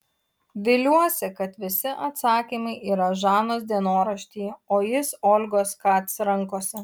viliuosi kad visi atsakymai yra žanos dienoraštyje o jis olgos kac rankose